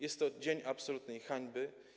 Jest to dzień absolutnej hańby.